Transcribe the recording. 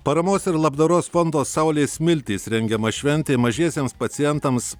paramos ir labdaros fondo saulės smiltys rengiama šventė mažiesiems pacientams